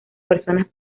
personas